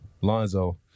Lonzo